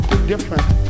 different